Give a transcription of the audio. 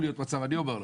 אני אומר לך,